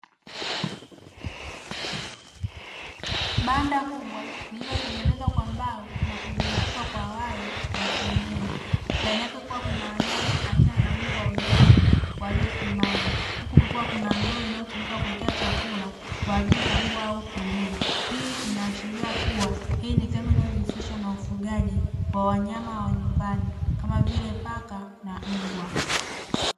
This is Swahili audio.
Banda kubwa lililotengenezwa kwa mbao na kuzungushwa kwa waya wa senyenge, ndani yake kukiwa kuna wanyama aina ya mbwa weusi waliosimama, huku kukiwa kuna ndoo inayotumika kuwekea chakula kwa ajili ya mbwa hao kulia, hii inaashiria kuwa hii ni sehemu inayojihusisha na ufugaji wa wanyama wa nyumbani kama vile paka na mbwa.